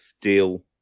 deal